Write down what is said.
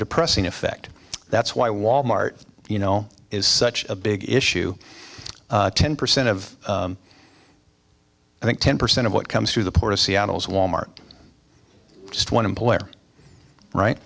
depressing effect that's why wal mart you know is such a big issue ten percent of i think ten percent of what comes through the port of seattle is wal mart just one employer right